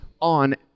on